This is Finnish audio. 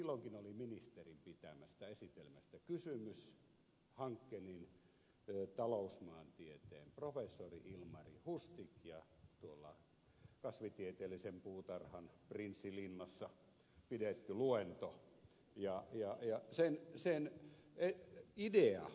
silloinkin oli ministerin pitämästä esitelmästä kysymys hankenin talousmaantieteen professori ilmari hustichin kasvitieteellisen puutarhan prinssilinnassa pidetystä luennosta ja sen idea oli seuraava